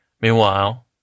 Meanwhile